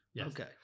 Okay